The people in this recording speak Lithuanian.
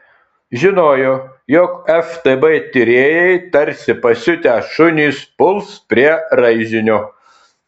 žinojo jog ftb tyrėjai tarsi pasiutę šunys puls prie raižinio